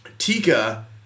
Tika